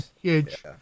huge